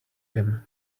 him